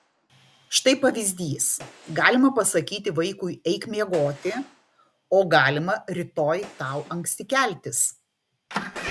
štai pavyzdys galima pasakyti vaikui eik miegoti o galima rytoj tau anksti keltis